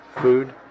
food